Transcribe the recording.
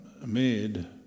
made